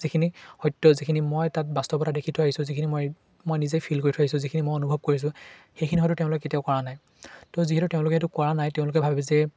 যিখিনি সত্য যিখিনি মই তাত বাস্তৱতা দেখি থৈ আহিছোঁ যিখিনি মই মই নিজে ফিল কৰি থৈ আহিছোঁ যিখিনি মই অনুভৱ কৰিছোঁ সেইখিনি হয়তো তেওঁলোকে কেতিয়াও কৰা নাই তো যিহেতু তেওঁলোকে সেইটো কৰা নাই তেওঁলোকে ভাবে যে